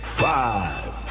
five